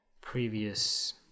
previous